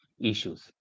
issues